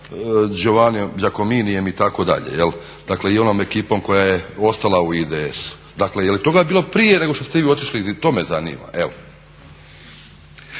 Giovaniem Giacominijem itd., dakle i onom ekipom koja je ostala u IDS-u. Dakle, je li toga bilo prije nego što ste vi otišli? To me zanima.